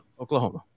Oklahoma